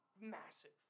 massive